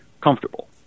comfortable